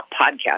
podcast